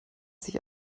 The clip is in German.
sich